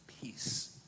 peace